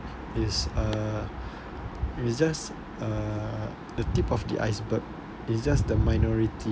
it's uh it's just uh the tip of the iceberg it's just the minority